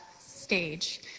stage